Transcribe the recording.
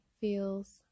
feels